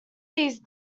these